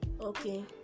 Okay